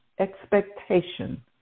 expectation